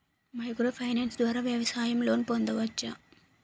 Micro finance ద్వారా వ్యవసాయ loan పొందవచ్చా?